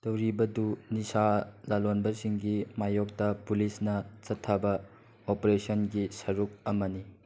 ꯇꯧꯔꯤꯕꯗꯨ ꯅꯤꯁꯥ ꯂꯂꯣꯟꯕꯁꯤꯡꯒꯤ ꯃꯥꯏꯌꯣꯛꯇ ꯄꯨꯂꯤꯁꯅ ꯆꯠꯊꯕ ꯑꯣꯄꯔꯦꯁꯟꯒꯤ ꯁꯔꯨꯛ ꯑꯃꯅꯤ